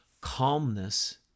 Calmness